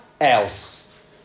else